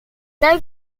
tal